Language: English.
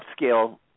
upscale